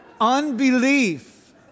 Unbelief